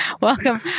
Welcome